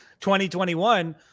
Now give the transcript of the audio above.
2021